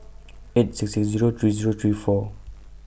eight six six Zero three Zero three four